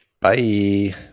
Bye